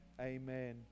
amen